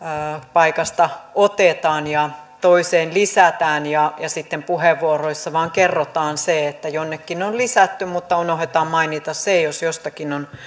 paikasta otetaan ja toiseen lisätään ja sitten puheenvuoroissa vain kerrotaan se että jonnekin on lisätty mutta unohdetaan mainita se jos jostakin on